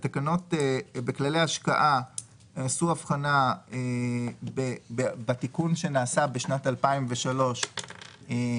בכללי השקעה עשו הבחנה בתיקון שנעשה בשנת 2003 במסגרתו